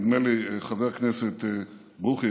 נדמה לי חבר הכנסת ברוכי,